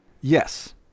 Yes